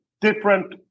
different